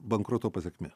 bankroto pasekmė